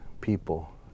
people